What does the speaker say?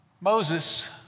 Moses